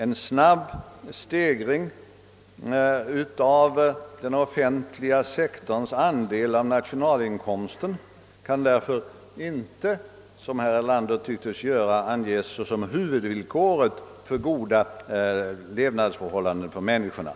En snabb stegring av den offentliga sektorns procentuella andel av nationalinkomsten kan därför inte, såsom herr Erlander tycktes göra, anges såsom huvudvillkoret för goda levnadsförhållanden för människorna.